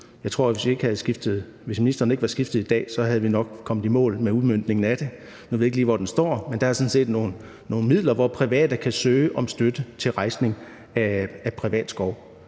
Jeg tror, at hvis ministeren ikke var skiftet i dag, var vi nok kommet i mål med udmøntningen af dem. Nu ved jeg ikke lige, hvor den står, men der er sådan set nogle midler, hvor private kan søge om støtte til rejsning af privat skov.